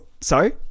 sorry